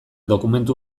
dokumentu